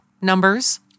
numbers